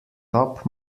top